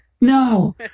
no